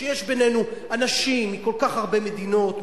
כשיש בינינו אנשים מכל כך הרבה מדינות,